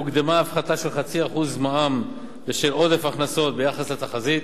הוקדמה הפחתה של 0.5% מע"מ בשל עודף הכנסות ביחס לתחזית.